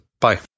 bye